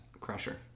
crusher